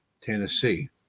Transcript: Tennessee